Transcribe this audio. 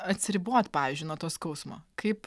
atsiribot pavyzdžiui nuo to skausmo kaip